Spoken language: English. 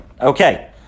Okay